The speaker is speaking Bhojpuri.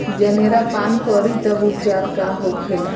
जनेरा पान करी तब उपचार का होखेला?